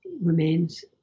remains